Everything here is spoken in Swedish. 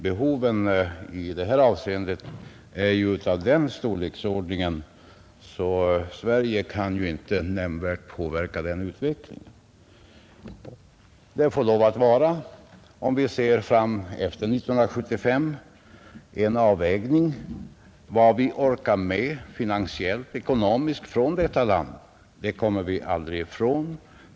Behoven i det här avseendet är av den storleksordningen att Sverige inte nämnvärt kan påverka utvecklingen. Det måste, om vi ser fram mot tiden efter 1975, ske en avvägning av vad vårt land orkar med finansiellt och ekonomiskt — det kommer vi aldrig ifrån.